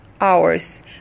hours